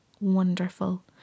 wonderful